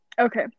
okay